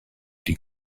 die